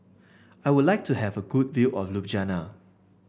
I would like to have a good view of Ljubljana